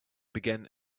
began